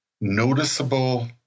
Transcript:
noticeable